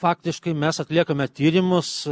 faktiškai mes atliekame tyrimus